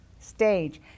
stage